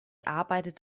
arbeitet